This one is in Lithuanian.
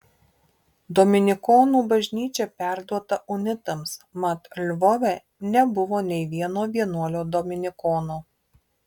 dominikonų bažnyčia perduota unitams mat lvove nebuvo nei vieno vienuolio dominikono